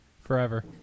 Forever